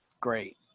great